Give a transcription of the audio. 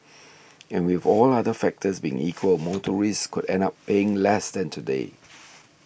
and with all other factors being equal motorists could end up paying less than today